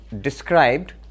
described